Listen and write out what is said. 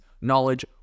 knowledge